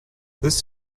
this